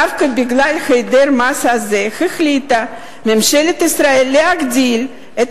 דווקא בגלל היעדר המס הזה החליטה ממשלת ישראל להגדיל את